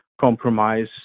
compromise